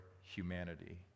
humanity